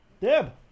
Deb